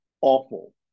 awful